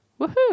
Woohoo